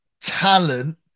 talent